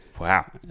Wow